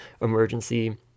emergency